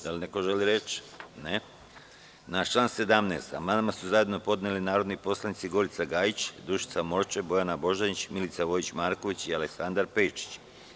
Da li neko želi reč? (Ne.) Na član 17. amandman su zajedno podneli narodni poslanici Gorica Gajić, Dušica Morčev, Bojana Božanić, Milica Vojić Marković i Aleksandar Pejčić.